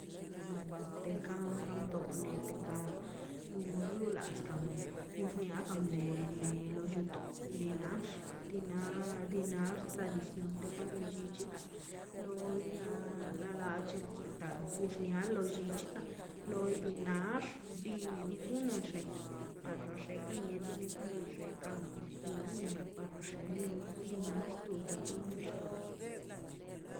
No teka ka do neteka no dulas kam wxniaka kam bleine ne lo lluto bi nax di na di nax tradición te ka lo llichi da loi bida la lechei blida gox nia lo llichi loi dinax di gonax te paxa xeka mieti mieti kaxa xenkan o kula ne paxa xe loi di di nax tu da timxe